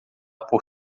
por